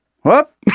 Whoop